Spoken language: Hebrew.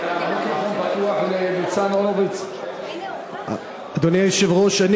הכי חשובים